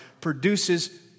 produces